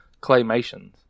Claymations